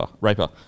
Raper